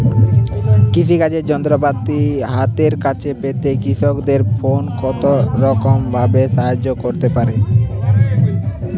কৃষিকাজের যন্ত্রপাতি হাতের কাছে পেতে কৃষকের ফোন কত রকম ভাবে সাহায্য করতে পারে?